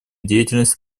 деятельности